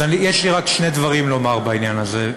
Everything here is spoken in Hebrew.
אז יש לי רק שני דברים לומר בעניין הזה.